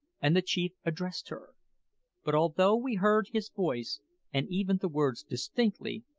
and the chief addressed her but although we heard his voice and even the words distinctly,